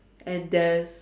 and there's